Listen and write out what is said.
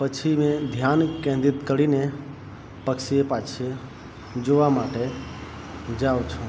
પછી મેં ધ્યાન કેન્દ્રિત કરીને પક્ષી પાછળ જોવા માટે જાઉં છું